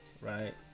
Right